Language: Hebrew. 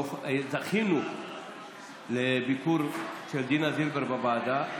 זכינו לביקור של דינה זילבר בוועדה,